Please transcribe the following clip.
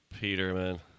Peterman